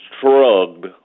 Shrugged